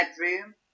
bedroom